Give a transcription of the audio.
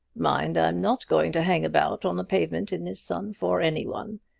mind, i'm not going to hang about on the pavement in this sun for any one.